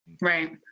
Right